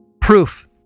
Proof